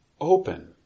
open